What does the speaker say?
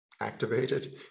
activated